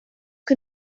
que